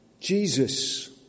Jesus